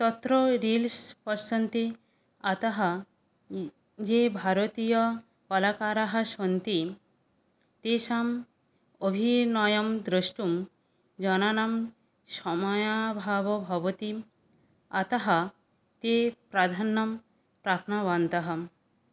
तत्र रील्स् पश्यन्ति अतः ये भारतीयकलाकारः सन्ति तेषाम् अभिनयं द्रष्टुं जनानां समयाभावो भवति अतः ते प्राधान्यं प्राप्तवन्तः